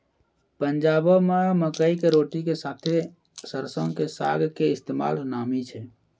पंजाबो मे मकई के रोटी के साथे सरसो के साग के इस्तेमाल नामी छै